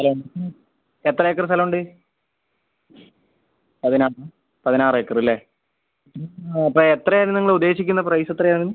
സ്ഥലമുണ്ട് എത്ര ഏക്കർ സ്ഥലമുണ്ട് പതിനാറ് പതിനാറ് ഏക്കർ അല്ലേ അപ്പോൾ എത്രയാണ് നിങ്ങൾ ഉദ്ദേശിക്കുന്നത് പ്രൈസ് എത്രയാണ്